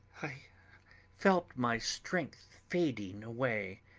i felt my strength fading away,